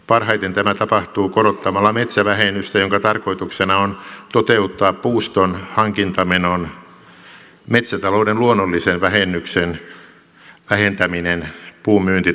parhaiten tämä tapahtuu korottamalla metsävähennystä jonka tarkoituksena on toteuttaa puuston hankintamenon metsätalouden luonnollisen vähennyksen vähentäminen puun myyntitulosta